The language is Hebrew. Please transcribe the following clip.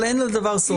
אבל אין לדבר סוף.